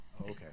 Okay